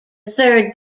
third